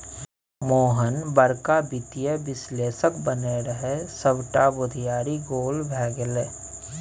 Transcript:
मोहन बड़का वित्तीय विश्लेषक बनय रहय सभटा बुघियारी गोल भए गेलै